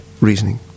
reasoning